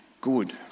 good